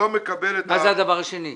מה זה הדבר השני?